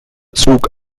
zug